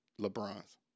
LeBron's